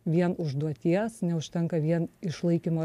vien užduoties neužtenka vien išlaikymo